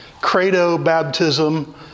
credo-baptism